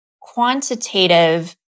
Quantitative